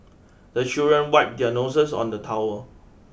the children wipe their noses on the towel